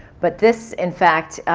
but this, in fact,